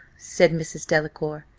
said mrs. delacour,